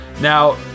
Now